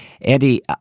Andy